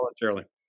voluntarily